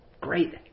great